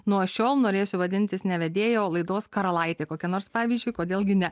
nuo šiol norėsiu vadintis ne vedėja laidos karalaitė kokia nors pavyzdžiui kodėl gi ne